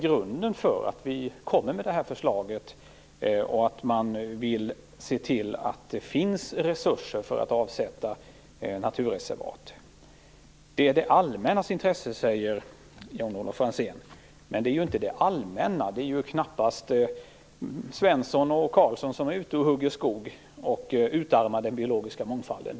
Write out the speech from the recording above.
Grunden för vårt förslag är att vi vill se till att det finns resurser att avsätta för naturreservat. Det är det allmännas intresse, säger Jan-Olof Franzén. Men det är ju knappast Svensson och Karlsson som är ute och hugger skog och utarmar den biologiska mångfalden.